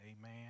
amen